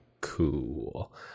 cool